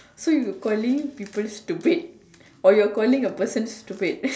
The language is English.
so if you calling people stupid or you're calling a person stupid